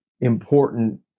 important